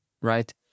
Right